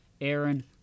Aaron